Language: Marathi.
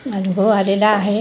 अनुभव आलेला आहे